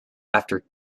after